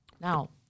now